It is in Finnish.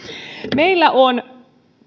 meillä on